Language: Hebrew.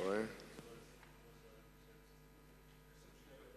ההצעה להעביר את הנושא לוועדת